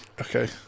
Okay